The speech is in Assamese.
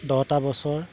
দহটা বছৰ